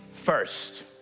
First